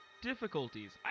difficulties